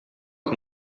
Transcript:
que